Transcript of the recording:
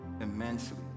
immensely